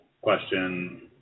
question